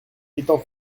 étant